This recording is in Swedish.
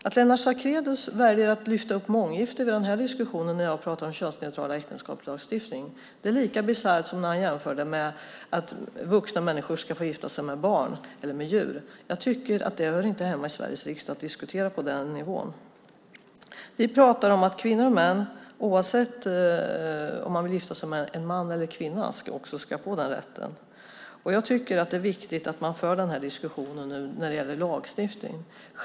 Att Lennart Sacrédeus väljer att lyfta upp månggifte i den här diskussionen där jag pratar om en könsneutral äktenskapslagstiftning är lika bisarrt som när han jämför det med att vuxna människor ska få gifta sig med barn eller djur. Jag tycker inte att det hör hemma i Sveriges riksdag att diskutera på den nivån. Vi pratar om att kvinnor och män ska få rätt att gifta sig oavsett om man vill gifta sig med en man eller en kvinna. Jag tycker att det är viktigt att man för den här diskussionen om lagstiftningen.